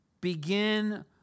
begin